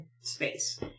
space